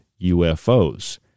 UFOs